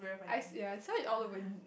I see uh so it all